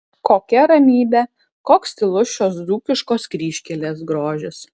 kokia ramybė koks tylus šios dzūkiškos kryžkelės grožis